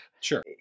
Sure